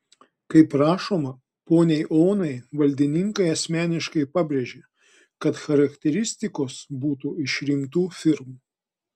kaip rašoma poniai onai valdininkai asmeniškai pabrėžė kad charakteristikos būtų iš rimtų firmų